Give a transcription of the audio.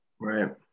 Right